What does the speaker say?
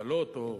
קלות או